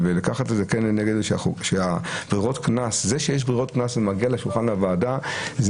זה שיש ברירות קנס וזה מגיע לשולחן הוועדה זה